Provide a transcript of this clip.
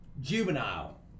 Juvenile